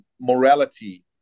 morality